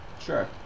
Sure